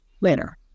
later